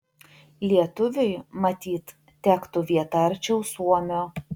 lietuviui matyt tektų vieta arčiau suomio